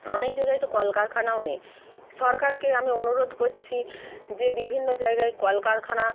অনেক জায়গায় তো কলকারখানাও নেই সরকারকে আমি অনুরোধ করছি যে বিভিন্ন জায়গায় কলকারখানা